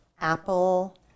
apple